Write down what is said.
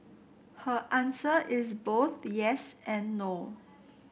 her answer is both yes and no